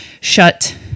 shut